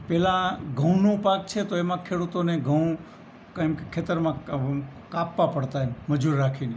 પહેલાં ઘઉંનો પાક છે તો એમાં ખેડૂતોને ઘઉં કેમ કે ખેતરમાં કાપવાં પડતા એમ મજૂર રાખીને